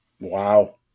Wow